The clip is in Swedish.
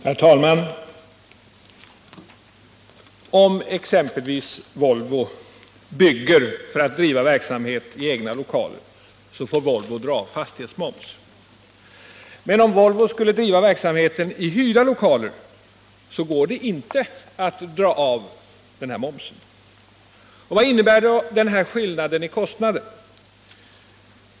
Herr talman! Om exempelvis Volvo bygger för att driva verksamhet i egna lokaler får Volvo dra av fastighetsmoms. Men om Volvo skulle driva verksamheten i hyrda lokaler går det inte att dra av denna moms. Vad innebär då denna skillnad i kostnader?